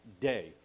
day